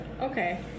Okay